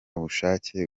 bushake